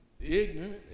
Ignorant